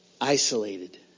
Isolated